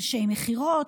אנשי מכירות,